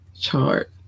chart